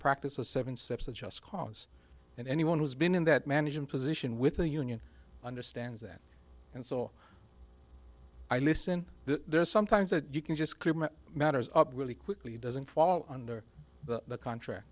practice of seven steps is just cause and anyone who's been in that management position with a union understands that and so i listen there's sometimes a you can just criminal matters up really quickly doesn't fall under the contract